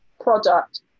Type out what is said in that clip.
product